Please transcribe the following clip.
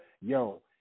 Yo